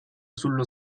sullo